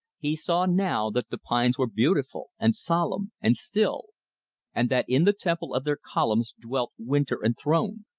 he saw now that the pines were beautiful and solemn and still and that in the temple of their columns dwelt winter enthroned.